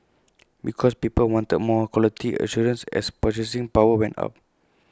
because people wanted more quality assurance as purchasing power went up